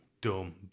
Dumb